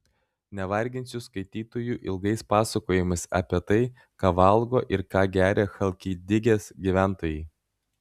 nevarginsiu skaitytojų ilgais pasakojimais apie tai ką valgo ir ką geria chalkidikės gyventojai